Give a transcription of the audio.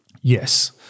Yes